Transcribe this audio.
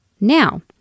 Now